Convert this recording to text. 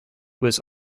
was